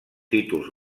títols